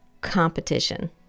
competition